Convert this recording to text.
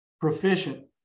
proficient